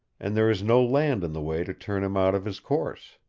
and there is no land in the way to turn him out of his course.